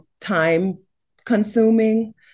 time-consuming